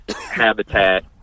habitat